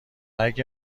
اگه